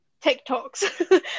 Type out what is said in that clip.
TikToks